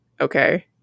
okay